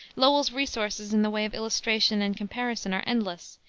lowell's resources in the way of illustration and comparison are endless,